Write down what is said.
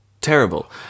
Terrible